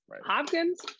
Hopkins